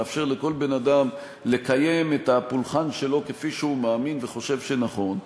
לאפשר לכל בן-אדם לקיים את הפולחן שלו כפי שהוא מאמין וחושב שנכון,